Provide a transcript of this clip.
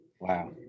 Wow